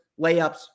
layups